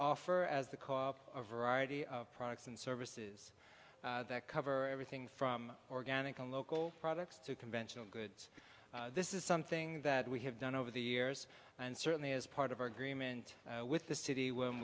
offer as the cause variety of products and services that cover everything from organic and local products to conventional goods this is something that we have done over the years and certainly as part of our agreement with the city when